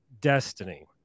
destiny